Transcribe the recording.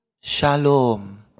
shalom